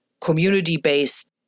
community-based